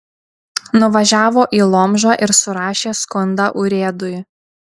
nuvažiavo į lomžą ir surašė skundą urėdui